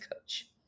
coach